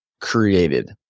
created